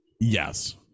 Yes